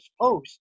post